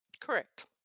Correct